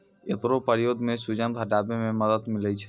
एकरो प्रयोग सें सूजन घटावै म मदद मिलै छै